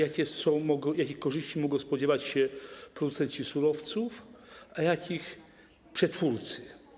Po drugie, jakich korzyści mogą spodziewać się producenci surowców, a jakich przetwórcy?